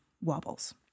wobbles